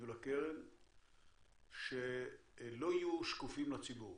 מול הקרן שלא יהיו שקופים לציבור?